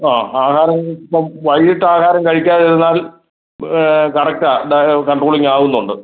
ആ ആഹാരം ഇപ്പം വൈകിട്ട് ആഹാരം കഴിക്കാതിരുന്നാൽ കറക്റ്റാ കൺട്രോളിംഗ് ആകുന്നുണ്ട്